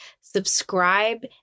subscribe